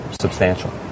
substantial